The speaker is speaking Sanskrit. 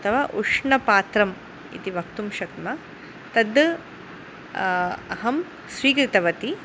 अथवा उष्ण्पात्रम् इति वक्तुं शक्नुमः तद् अहं स्वीकृतवती